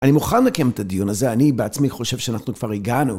אני מוכן לקיים את הדיון הזה, אני בעצמי חושב שאנחנו כבר הגענו